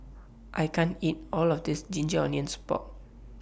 I can't eat All of This Ginger Onions Pork